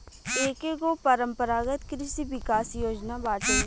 एकेगो परम्परागत कृषि विकास योजना बाटे